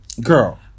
girl